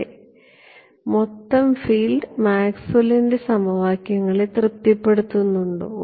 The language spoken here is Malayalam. അതെ മൊത്തം ഫീൽഡ് മാക്സ്വെല്ലിന്റെ സമവാക്യങ്ങളെ തൃപ്തിപ്പെടുത്തുന്നുണ്ടോ